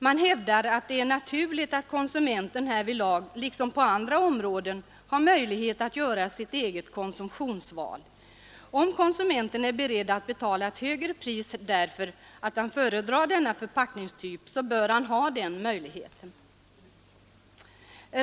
Man hävdar att det är naturligt att konsumenten härvidlag liksom på andra områden har möjlighet att göra sitt eget konsumtionsval. Om konsumenten är beredd att betala ett högre pris därför att han föredrar denna förpackningstyp, bör han ha denna möjlighet.